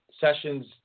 session's